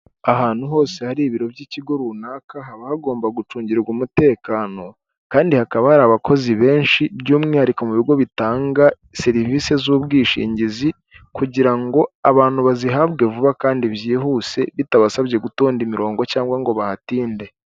Ahantu hose hari ibiro by'ikigo runaka haba hagomba gucungirwa umutekano kandi hakaba hari abakozi benshi by'umwihariko mu bigo bitanga serivisi z'ubwishingizi, kugira ngo abantu bazihabwe vuba kandi byihuse bitabasabye gutonda imirongo cyangwa ngo bahatinde.